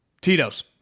Tito's